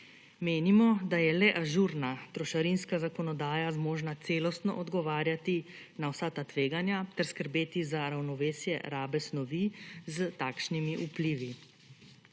Menimo, da je le ažurna trošarinska zakonodaja zmožna celostno odgovarjati na vsa ta tveganja, ter skrbeti za ravnovesje rabe snovi z takšnimi vplivi.